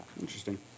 Interesting